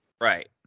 Right